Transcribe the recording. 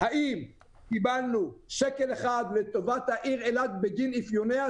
האם קיבלנו שקל אחד לטובת העיר אילת בגין אפיוניה?